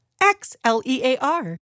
X-L-E-A-R